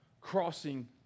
crossing